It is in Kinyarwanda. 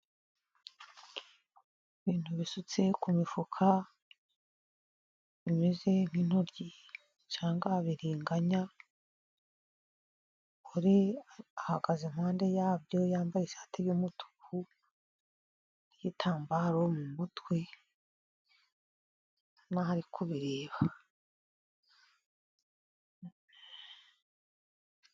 Ibintu bisutse ku mifuka, bimeze nk’intoryi cyangwa biringanya. Umugore ahagaze impande yabyo, yambaye ishati y’umutuku n’igitambaro mu mutwe, ni nk’aho ari kubireba.